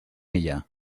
ella